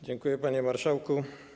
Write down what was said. Dziękuję, panie marszałku.